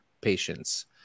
patients